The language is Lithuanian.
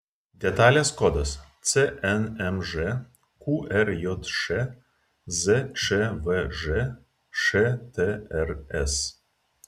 detalės kodas cnmž qrjš zčvž štrs